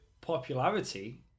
popularity